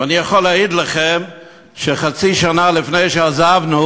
ואני יכול להגיד לכם שחצי שנה לפני שעזבנו